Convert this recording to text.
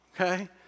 okay